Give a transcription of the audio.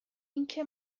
اینکه